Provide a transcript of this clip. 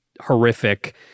horrific